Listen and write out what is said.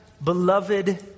Beloved